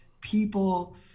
people